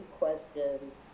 questions